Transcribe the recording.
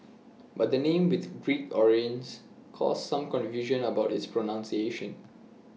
but the name with Greek origins caused some confusion about its pronunciation